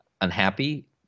unhappy